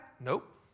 Nope